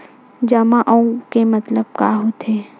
जमा आऊ के मतलब का होथे?